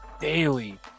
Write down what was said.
daily